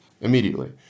immediately